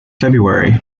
february